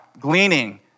gleaning